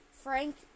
Frank